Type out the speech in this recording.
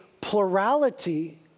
plurality